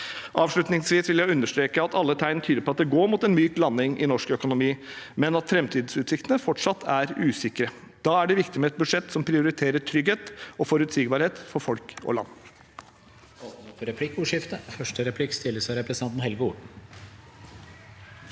Avslutningsvis vil jeg understreke at alle tegn tyder på at det går mot en myk landing i norsk økonomi, men at framtidsutsiktene fortsatt er usikre. Da er det viktig med et budsjett som prioriterer trygghet og forutsigbarhet for folk og land.